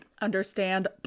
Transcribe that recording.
understand